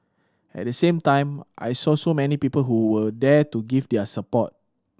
at the same time I saw so many people who were there to give their support